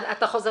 התיקים.